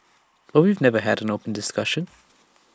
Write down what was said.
but we've never had the discussion